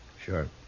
Sure